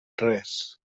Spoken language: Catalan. res